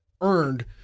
earned